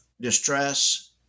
distress